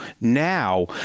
now